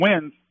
wins